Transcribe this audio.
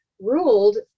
ruled